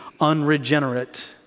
unregenerate